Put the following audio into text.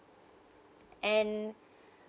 and